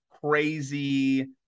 crazy